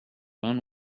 one